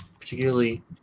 particularly